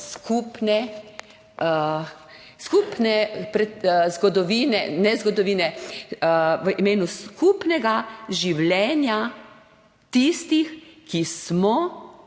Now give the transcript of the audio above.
skupne zgodovine, ne zgodovine, v imenu skupnega življenja tistih, ki smo